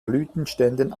blütenständen